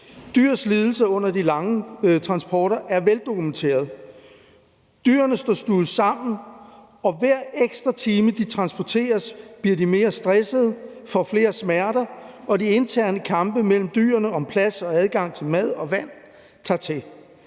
Dyrs lidelser under de lange transporter er veldokumenteret. Dyrene står stuvet sammen, og hver ekstra time de transporteres, bliver de mere stressede, får flere smerter, og de interne kampe mellem dyrene om plads og adgang til mad og vand tager til.